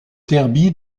derby